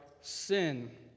sin